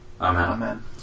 Amen